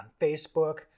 Facebook